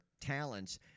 talents